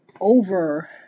over